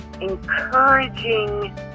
encouraging